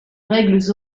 règles